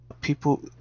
people